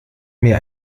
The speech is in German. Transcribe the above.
mir